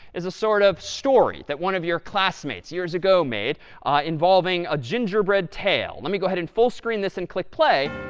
is a sort of story that one of your classmates years ago made involving a gingerbread tale. let me go ahead and full screen this and click play.